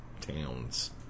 towns